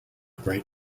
great